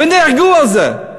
ונהרגו על זה.